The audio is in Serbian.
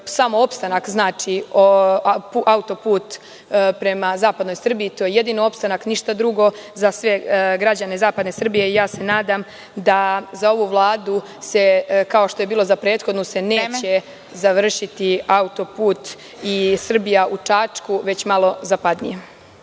sam opstanak auto-puta prema zapadnoj Srbiji, to je jedini opstanak, ništa drugo za sve građane zapadne Srbije i nadam se da za ovu Vladu, kao što je bilo za prethodnu, se neće završiti auto-put „Srbija u Čačku“, već malo zapadnije.